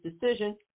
decision